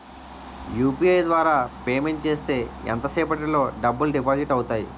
UPI ద్వారా payment చేస్తే ఎంత సేపటిలో డబ్బులు డిపాజిట్ అవుతాయి?